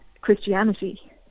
Christianity